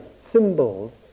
symbols